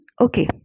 okay